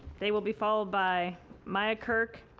they will be followed by maya kirk,